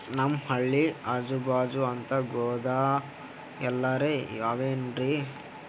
ನಮ್ ಹಳ್ಳಿ ಅಜುಬಾಜು ಅಂತ ಗೋದಾಮ ಎಲ್ಲರೆ ಅವೇನ್ರಿ?